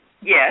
Yes